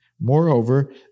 Moreover